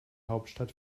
hauptstadt